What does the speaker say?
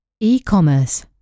E-commerce